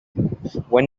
when